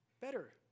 better